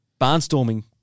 barnstorming